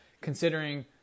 considering